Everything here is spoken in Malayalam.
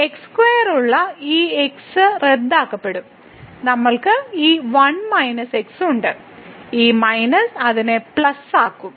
x2 ഉള്ള ഈ x റദ്ദാക്കപ്പെടും നമ്മൾക്ക് ഈ 1 x ഉണ്ട് ഈ മൈനസ് അതിനെ പ്ലസ് ആക്കും